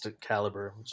caliber